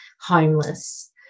homeless